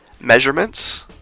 Measurements